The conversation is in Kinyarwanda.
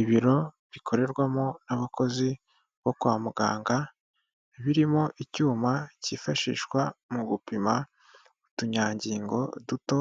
Ibiro bikorerwamo n'abakozi bo kwa muganga, birimo icyuma cyifashishwa mu gupima utunyangingo duto,